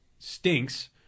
Stinks